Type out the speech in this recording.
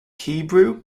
hebrew